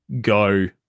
GO